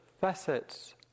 facets